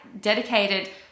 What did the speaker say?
dedicated